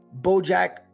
BoJack